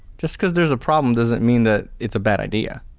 just because there's a problem doesn't mean that it's a bad idea.